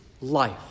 life